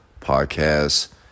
Podcasts